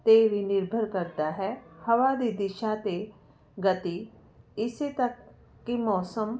'ਤੇ ਵੀ ਨਿਰਭਰ ਕਰਦਾ ਹੈ ਹਵਾ ਦੀ ਦਿਸ਼ਾ ਅਤੇ ਗਤੀ ਇਸੇ ਤੱਕ ਕਿ ਮੌਸਮ